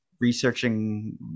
researching